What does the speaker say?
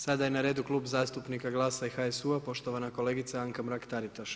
Sada je na redu Klub zastupnika GLAS-a HSU-a poštovana kolegica Anka Mrak-Taritaš.